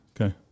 Okay